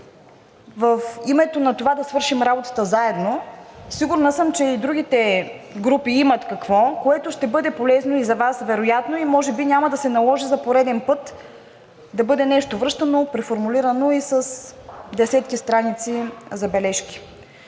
В името на това да свършим работата заедно, сигурна съм, че и другите групи имат какво, което ще бъде полезно и за Вас вероятно, и може би няма да се наложи за пореден път да бъде нещо връщано, преформулирано и с десетки страници забележки.